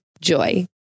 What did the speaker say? JOY